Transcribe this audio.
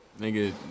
Nigga